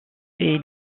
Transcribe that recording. est